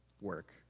work